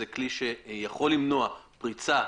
זה כלי שיכול למנוע פריצה,